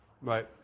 right